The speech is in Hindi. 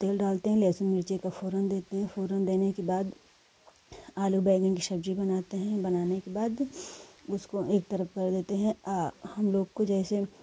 तेल डालते हैं लहसुन मिर्च का फौरन देते हैं फौरन देने के बाद आलू बैंगन की सब्ज़ी बनाते हैं बनाने के बाद उसको एक तरफ़ कर देते हैं हम लोग को जैसे